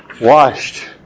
washed